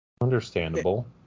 Understandable